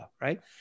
right